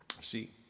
See